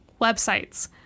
websites